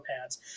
pads